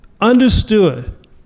understood